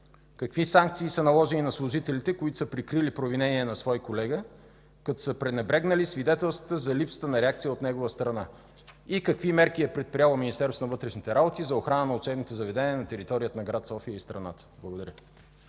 Какви санкции са наложени на служителите, които са прикрили провинение на свой колега, като са пренебрегнали свидетелствата за липсата на реакция от негова страна? Какви мерки е предприело Министерството на вътрешните работи за охрана на учебните заведения на територията на град София и страната? Благодаря.